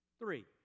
Three